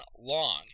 long